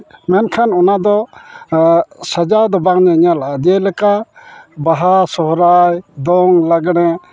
ᱢᱮᱱᱠᱷᱟᱱ ᱚᱱᱟᱫᱚ ᱥᱟᱡᱟᱣ ᱫᱚ ᱵᱟᱝ ᱧᱮᱞᱚᱜᱼᱟ ᱡᱮᱞᱮᱠᱟ ᱵᱟᱦᱟ ᱥᱚᱨᱦᱟᱭ ᱫᱚᱝ ᱞᱟᱜᱽᱲᱮ